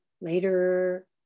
later